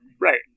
right